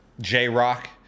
J-Rock